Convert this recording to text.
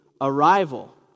arrival